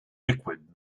liquid